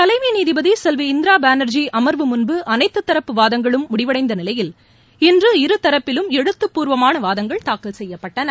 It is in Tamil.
தலைமை நீதிபதி செல்வி இந்திரா பாளர்ஜி அமர்வு முன்பு அனைத்து தரப்பு வாதங்களும் முடிவடைந்த நிலையில் இன்று இரு தரப்பிலும் எழுத்துபூர்வமான வாதங்கள் தாக்கல் செய்யப்பட்டன